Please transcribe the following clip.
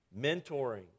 mentoring